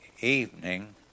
evening